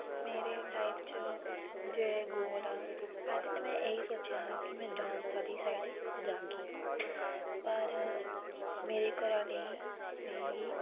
मेरे लाइफ च जेह्ड़े गोल आ पैह्ले ते मैं एह् सोचेआ हा कि में डान्स आह्ली साइड जाह्गी पर मेरे घरा आह्लें मिगी